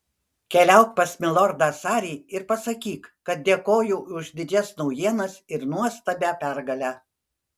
keliauk pas milordą sarį ir pasakyk kad dėkoju už didžias naujienas ir nuostabią pergalę